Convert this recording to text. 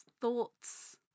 thoughts